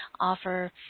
offer